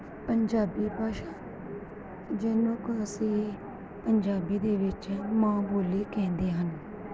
ਪੰਜਾਬੀ ਭਾਸ਼ਾ ਜਿਹਨੂੰ ਕਿ ਅਸੀਂ ਪੰਜਾਬੀ ਦੇ ਵਿੱਚ ਮਾਂ ਬੋਲੀ ਕਹਿੰਦੇ ਹਨ